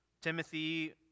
Timothy